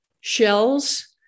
shells